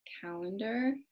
calendar